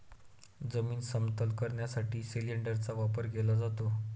जमीन समतल करण्यासाठी सिलिंडरचा वापर केला जातो